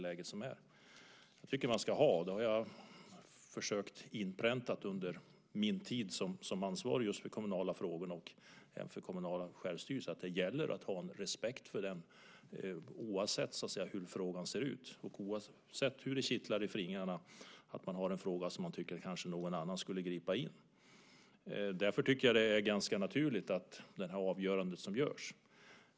Jag har under min tid som ansvarig minister just för de kommunala frågorna försökt inpränta att det gäller att ha en respekt för den kommunala självstyrelsen, oavsett hur frågan ser ut och oavsett om det kittlar i fingrarna när man har en fråga som man tycker att någon annan kanske skulle gripa in i. Därför tycker jag att det är ganska naturligt med det avgörande som görs.